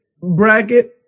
bracket